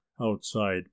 outside